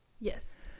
Yes